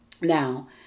Now